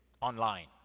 online